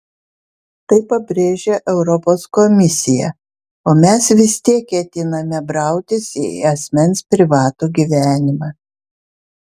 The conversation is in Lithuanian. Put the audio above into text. tai pabrėžia europos komisija o mes vis tiek ketiname brautis į asmens privatų gyvenimą